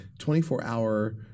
24-hour